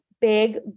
big